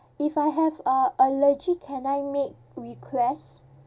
if I have a allergy can I make requests